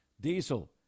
Diesel